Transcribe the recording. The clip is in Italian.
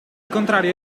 contrario